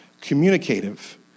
communicative